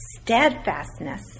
steadfastness